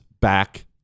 back